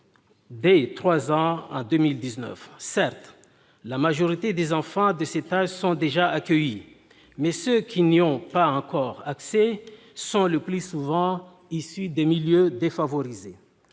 dès trois ans en 2019. Certes, la majorité des enfants de cet âge sont déjà accueillis, mais ceux qui n'ont pas encore accès à l'école sont le plus souvent issus de milieux défavorisés.